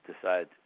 decide